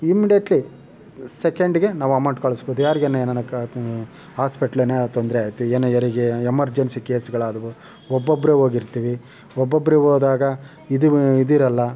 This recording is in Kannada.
ಇಮ್ಡೆಟ್ಲಿ ಸೆಕೆಂಡಿಗೆ ನಾವು ಅಮೌಂಟ್ ಕಳಿಸಬೋದು ಯಾರಿಗೇನು ಏನಾರು ಕ ಹಾಸ್ಪೆಟ್ಲೇನ ತೊಂದರೆ ಆಯ್ತು ಏನೋ ಯಾರಿಗೆ ಎಮರ್ಜೆನ್ಸಿ ಕೇಸ್ಗಳಾದವು ಒಬ್ಬೊಬ್ರೆ ಹೋಗಿರ್ತೀವಿ ಒಬ್ಬೊಬ್ರೆ ಹೋದಾಗ ಇದುವೇ ಇದಿರೋಲ್ಲ